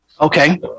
Okay